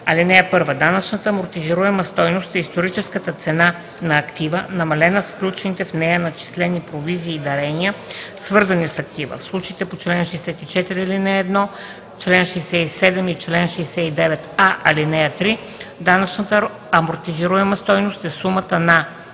„(1) Данъчната амортизируема стойност е историческата цена на актива, намалена с включените в нея начислени провизии и дарения, свързани с актива. В случаите по чл. 64, ал. 1, чл. 67 и чл. 69а, ал. 3 данъчната амортизируема стойност е сумата на: